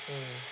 mm